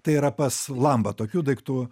tai yra pas lambą tokių daiktų